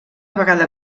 vegada